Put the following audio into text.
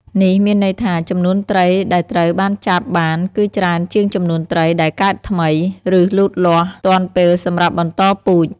នេះមានន័យថា ចំនួនត្រីដែលត្រូវបានចាប់បានគឺច្រើនជាងចំនួនត្រីដែលកើតថ្មី ឬលូតលាស់ទាន់ពេលសម្រាប់បន្តពូជ។